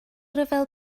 ryfel